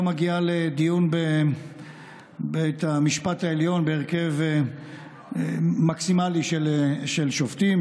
מגיעה לדיון בבית המשפט העליון בהרכב מקסימלי של שופטים.